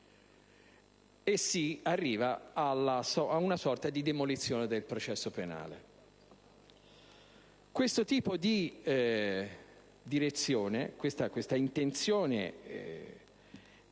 e si arriva ad una sorta di demolizione del processo penale. Questo tipo di direzione e questa intenzione